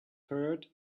herd